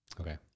Okay